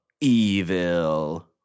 Evil